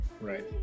Right